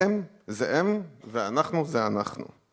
הם זה הם ואנחנו זה אנחנו.